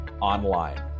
online